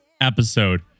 episode